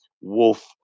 wolf